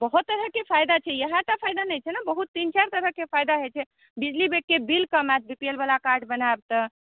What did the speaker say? बहुत तरहकेँ फायदा छै इएह टा फायदा नहि छै ने तीन चारि तरहके फायदा होइ छै बिजलीके बिल कम आयत बी पी एल कार्ड बनायब तऽ